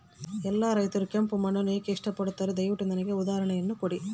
ಎಲ್ಲಾ ರೈತರು ಕೆಂಪು ಮಣ್ಣನ್ನು ಏಕೆ ಇಷ್ಟಪಡುತ್ತಾರೆ ದಯವಿಟ್ಟು ನನಗೆ ಉದಾಹರಣೆಯನ್ನ ಕೊಡಿ?